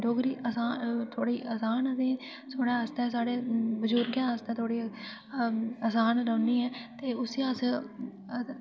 डोगरी आसान थोह्ड़ी आसान थुहाड़े आस्तै साढ़े बूर्जगें आस्तै थोह्ड़ी आसान रौंहदी ऐ उसी अस